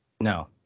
No